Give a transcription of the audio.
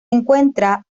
encuentra